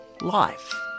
life